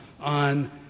on